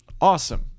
awesome